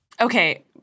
Okay